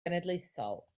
genedlaethol